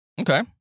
Okay